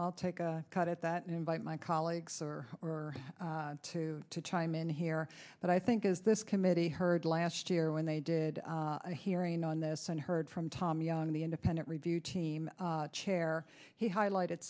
i'll take a cut at that and bite my colleagues or two to chime in here that i think is this committee heard last year when they did a hearing on this and heard from tom young the independent review team chair he highlighted